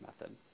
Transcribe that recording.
method